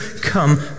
come